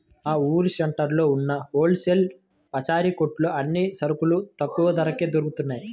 మా ఊరు సెంటర్లో ఉన్న హోల్ సేల్ పచారీ కొట్టులో అన్ని సరుకులు తక్కువ ధరకే దొరుకుతయ్